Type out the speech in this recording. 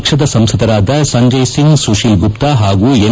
ಪಕ್ಷದ ಸಂಸದರಾದ ಸಂಜಯ್ ಸಿಂಗ್ ಸುಶೀಲ್ ಗುಪ್ತ ಹಾಗೂ ಎನ್